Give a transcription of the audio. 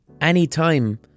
Anytime